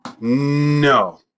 No